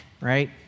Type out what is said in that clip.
right